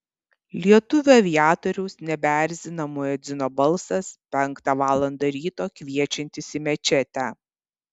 lietuvių aviatoriaus nebeerzina muedzino balsas penktą valandą ryto kviečiantis į mečetę